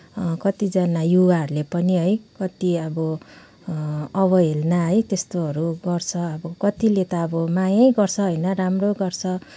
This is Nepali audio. कतिजना युवाहरूले पनि है कति अब अवहेलना है त्यस्तोहरू गर्छ अब कतिले त अब मायै गर्छ होइन राम्रो गर्छ